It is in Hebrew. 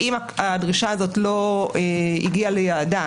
אם הדרישה הזאת לא הגיעה ליעדה,